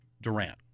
Durant